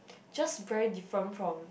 just very different from